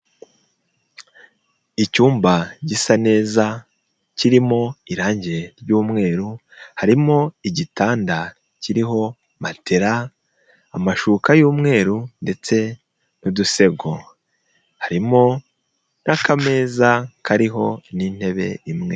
Icyumba gisa neza kirimo irangi ry'umweru, harimo igitanda kiriho matela, amashuka y'umweru ndetse n'udusego, harimo n'akameza kariho n'intebe imwe.